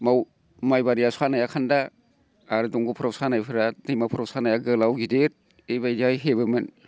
माइ बारियाव सानाया खान्दा आर दंग'फोराव सानायफोरा दैमाफोराव सानाया गोलाव गिदिर बेबायदियै हेबोमोन